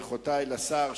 ברכותי לשר,